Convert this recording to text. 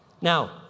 Now